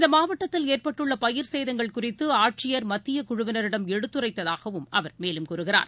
இந்தமாவட்டத்தில் ஏற்பட்டுள்ளபயிர் சேதங்கள் குறித்துஆட்சியர் மத்தியக்குழுவினரிடம் எடுத்துரைத்தாகவும் அவர் மேலும் கூறுகிறார்